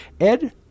Ed